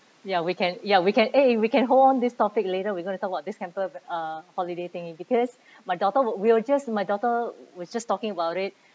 ya we can ya we can eh we can hold on this topic later we're going to talk about this kind of uh holiday thingy because my daughter wa~ we were just my daughter was just talking about it